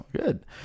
good